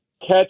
catch